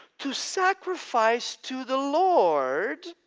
to sacrifice to the lord